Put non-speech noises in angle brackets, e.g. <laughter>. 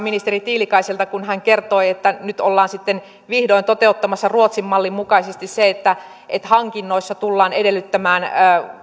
<unintelligible> ministeri tiilikaiselta kun hän kertoi että nyt ollaan sitten vihdoin toteuttamassa ruotsin mallin mukaisesti se että että hankinnoissa tullaan edellyttämään